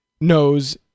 knows